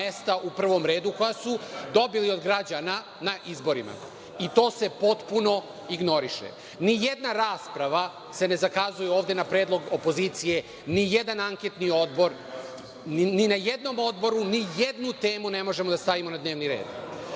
u prvom redu, koja su dobili od građana na izborima i to se potpuno ignoriše. Ni jedna rasprava se ne zakazuje ovde na predlog opozicije, ni jedan anketni odbor, ni na jednom odboru, ni jednu temu ne možemo da stavimo na dnevni